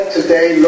today